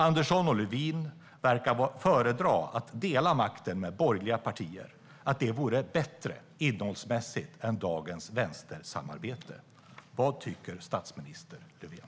Andersson och Lövin verkar föredra att dela makten med borgerliga partier. De verkar tycka att det vore bättre innehållsmässigt än dagens vänstersamarbete. Vad tycker statsminister Löfven?